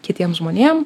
kitiem žmonėm